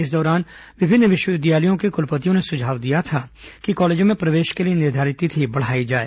इस दौरान विभिन्न विश्वविद्यालयों के कुलपतियों ने सुझाव दिया था कि कॉलेजों में प्रवेश के लिए निर्धारित तिथि बढ़ाई जाए